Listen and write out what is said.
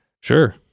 Sure